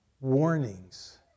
Warnings